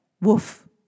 woof